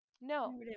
No